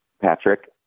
Patrick